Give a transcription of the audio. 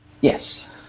Yes